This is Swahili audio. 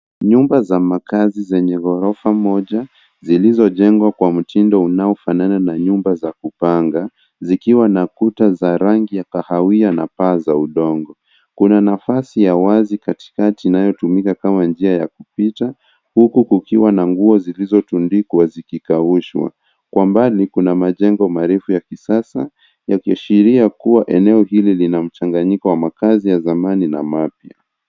Nyumba za makazi zenye ghorofa moja zilizojengwa kwa mtindo unaofanana na nyumba za kupanga zikiwa na kuta za rangi ya kahawia na paa za udongo. Kuna nafasi ya wazi katikati inayotumika kama njia ya kupita huku kukiwa na nguo zilizotundikwa zikikaushwa. Kwa mbali kuna majengo marefu ya kisasa yakiashiria kuwa eneo hili lina mchanganyiko wa makazi ya zamani na mapya.